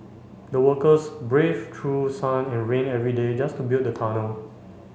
the workers brave through sun and rain every day just to build the tunnel